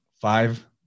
five